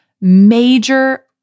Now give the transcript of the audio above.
major